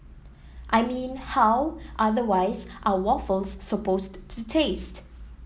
I mean how otherwise are waffles supposed to taste